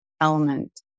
element